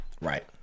Right